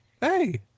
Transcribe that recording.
hey